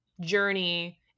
journey